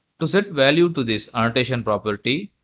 to set value to this annotation property.